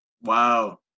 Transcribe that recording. Wow